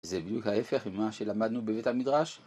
זה בדיוק ההפך ממה שלמדנו בבית המדרש.